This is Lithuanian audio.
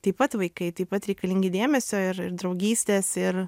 taip pat vaikai taip pat reikalingi dėmesio ir ir draugystės ir